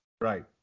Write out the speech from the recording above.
Right